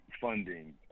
funding